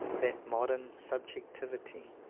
that modern subjectivity,